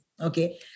Okay